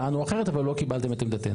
אנחנו טענו אחרת, אבל לא קיבלתם את עמדתנו.